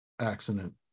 accident